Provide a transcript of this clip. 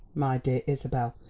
my dear isabel,